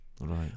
Right